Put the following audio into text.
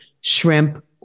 shrimp